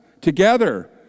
together